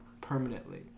permanently